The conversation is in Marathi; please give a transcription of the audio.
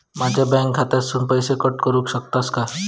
माझ्या बँक खात्यासून पैसे कट करुक शकतात काय?